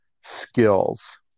skills